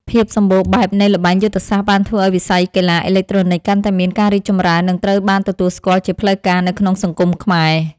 ភាពសម្បូរបែបនៃល្បែងយុទ្ធសាស្ត្របានធ្វើឱ្យវិស័យកីឡាអេឡិចត្រូនិកកាន់តែមានការរីកចម្រើននិងត្រូវបានទទួលស្គាល់ជាផ្លូវការនៅក្នុងសង្គមខ្មែរ។